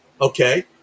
Okay